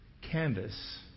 canvas